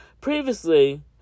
Previously